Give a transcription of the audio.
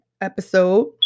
episode